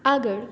આગળ